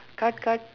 cut cut